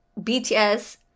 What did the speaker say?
BTS